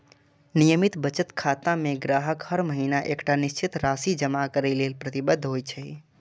नियमित बचत खाता मे ग्राहक हर महीना एकटा निश्चित राशि जमा करै लेल प्रतिबद्ध होइ छै